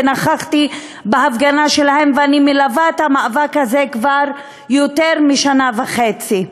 ונכחתי בהפגנה שלהן ואני מלווה את המאבק הזה כבר יותר משנה וחצי.